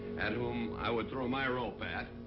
at whom i would throw my rope at.